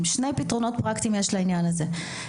לעניין הזה.